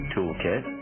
Toolkit